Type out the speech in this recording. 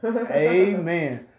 Amen